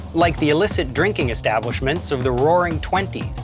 like the illicit drinking establishments of the roaring twenty